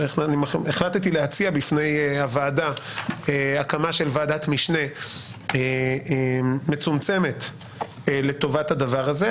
החלטתי להציע בפני הוועדה הקמה של ועדת משנה מצומצמת לטובת הדבר הזה,